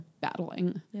battling